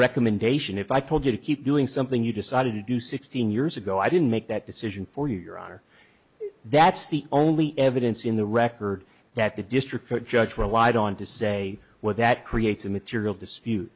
recommendation if i told you to keep doing something you decided to do sixteen years ago i didn't make that decision for your honor that's the only evidence in the record that the district judge relied on to say well that creates a material dispute